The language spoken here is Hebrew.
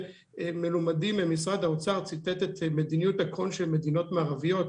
מלומדי ממשרד האוצר ציטט את מדיניות ה-Con של מדינות מערביות,